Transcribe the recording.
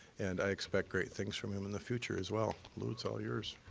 and i expect great things from him in the future, as well. lew, it's all yours.